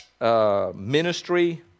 ministry